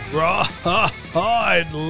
right